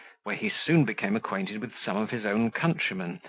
where he soon became acquainted with some of his own countrymen,